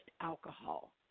alcohol